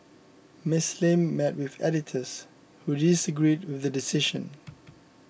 Ms Lim met with editors who disagreed with the decision